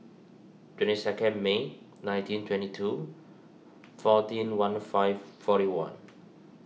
twenty second May nineteen twenty two fourteen one five forty one